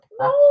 No